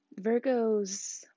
Virgos